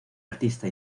artista